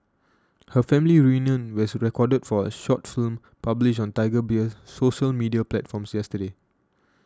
her family reunion was recorded for a short film published on Tiger Beer's social media platforms yesterday